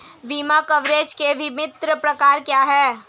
बीमा कवरेज के विभिन्न प्रकार क्या हैं?